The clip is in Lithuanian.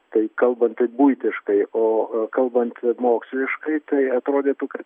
tai kalbant buitiškai o kalbant moksliškai tai atrodytų kad